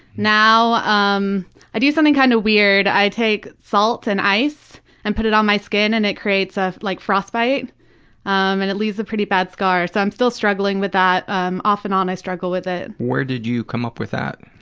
now um i do something kind of weird, i take salt and ice and i put it on my skin and it creates a like frost bite um and it leaves leaves a pretty bad scar. so i'm still struggling with that um off and on, i struggle with it. where did you come up with that?